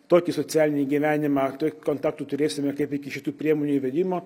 tokį socialinį gyvenimą tai kontaktų turėsime kaip iki šitų priemonių įvedimo